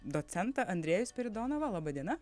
docentą andriejų spiridonovą laba diena